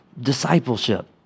discipleship